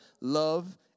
love